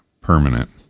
permanent